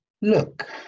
look